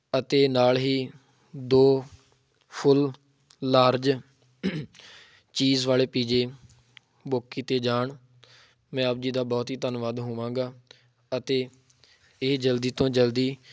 ਅਤੇ ਨਾਲ ਹੀ ਦੋ ਫੁੱਲ ਲਾਰਜ ਚੀਜ਼ ਵਾਲੇ ਪੀਜੇ ਬੁੱਕ ਕੀਤੇ ਜਾਣ ਮੈਂ ਆਪ ਜੀ ਦਾ ਬਹੁਤ ਹੀ ਧੰਨਵਾਦ ਹੋਵਾਂਗਾ ਅਤੇ ਇਹ ਜਲਦੀ ਤੋਂ ਜਲਦੀ